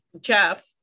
Jeff